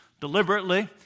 deliberately